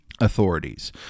authorities